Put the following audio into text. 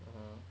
(uh huh)